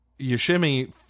Yoshimi